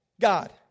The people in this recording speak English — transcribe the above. God